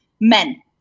men